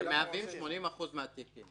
הם מהווים 80% מהתיקים.